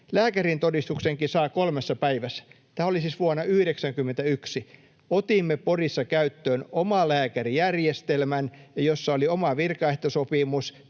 Lääkärintodistuksenkin saa kolmessa päivässä.” Tämä oli siis vuonna 91. Otimme Porissa käyttöön omalääkärijärjestelmän, jossa oli oma virkaehtosopimus.